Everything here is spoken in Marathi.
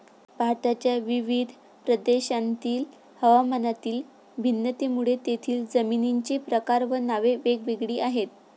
भारताच्या विविध प्रदेशांतील हवामानातील भिन्नतेमुळे तेथील जमिनींचे प्रकार व नावे वेगवेगळी आहेत